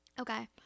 Okay